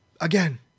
again